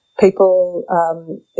people